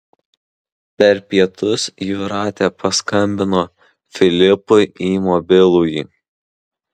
per pietus jūratė paskambino filipui į mobilųjį